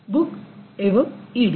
book एवं ED